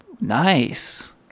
Nice